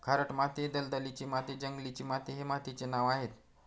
खारट माती, दलदलीची माती, जंगलाची माती हे मातीचे नावं आहेत